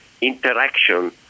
interaction